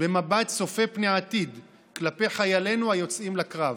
במבט צופה פני עתיד כלפי חיילינו היוצאים לקרב.